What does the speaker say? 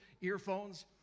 earphones